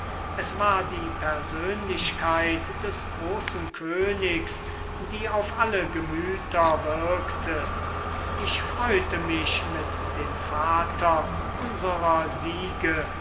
es war die persönlichkeit des großen königs die auf alle gemüter wirkte ich freute mich mit dem vater unserer siege